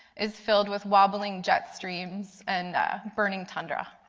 is filled with wobbling jet streams, and burning tundra.